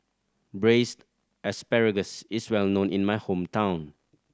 Braised Asparagus is well known in my hometown